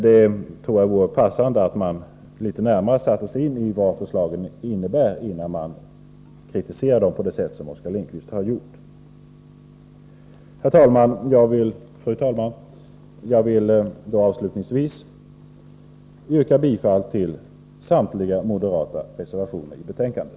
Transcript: Jag tror att det vore passande att man litet närmare satte sig in i vad förslagen innebär innan man kritiserar dem på det sätt som Oskar Lindkvist gjort. Fru talman! Jag vill avslutningsvis yrka bifall till samtliga moderata reservationer i betänkandet.